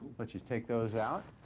let you take those out.